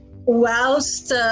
whilst